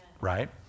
Right